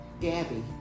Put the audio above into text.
Gabby